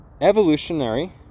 evolutionary